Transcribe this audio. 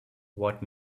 what